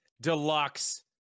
Deluxe